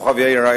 כוכב-יאיר.